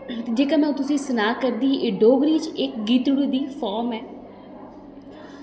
ते जेह्ड़ा की में तुसें ई सनाऽ करदी ही एह् डोगरी दे गीतड़ू दी इक्क फार्म ऐ